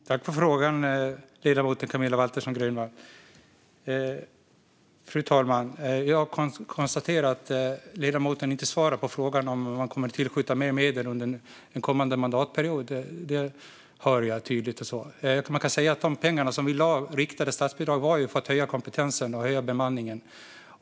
Fru talman! Tack för frågan, ledamoten Camilla Waltersson Grönvall! Jag konstaterar att ledamoten inte svarar på frågan om huruvida man kommer att tillskjuta mer medel under en kommande mandatperiod. Det är tydligt att det inte kommer något svar på det. Man kan säga att de pengar som vi har lagt i riktade statsbidrag var till för att höja kompetensen och bemanningen.